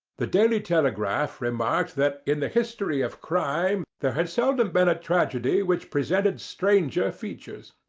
the daily telegraph remarked that in the history of crime there had seldom been a tragedy which presented stranger features.